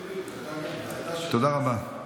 תודה רבה.